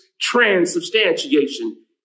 transubstantiation